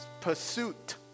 pursuit